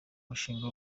mushinga